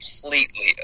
completely